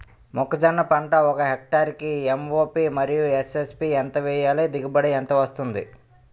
మొక్కజొన్న పంట ఒక హెక్టార్ కి ఎంత ఎం.ఓ.పి మరియు ఎస్.ఎస్.పి ఎంత వేయాలి? దిగుబడి ఎంత వస్తుంది?